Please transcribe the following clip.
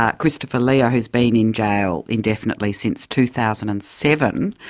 ah christopher leo, who's been in jail indefinitely since two thousand and seven,